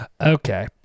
okay